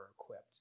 equipped